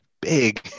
big